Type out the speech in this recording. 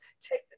take